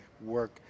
work